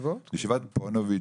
ישיבת פוניבז',